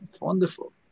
Wonderful